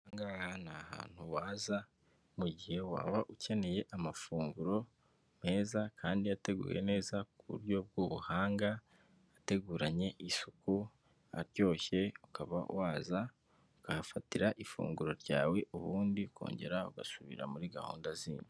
Aha ni ahantu waza mu gihe waba ukeneye amafunguro meza kandi yateguye neza ku buryo bw'ubuhanga ateguranye isuku aryoshye; ukaba waza ukahafatira ifunguro ryawe ubundi ukongera ugasubira muri gahunda zindi.